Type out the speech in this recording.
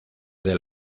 del